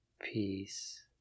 Peace